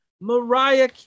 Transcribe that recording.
Mariah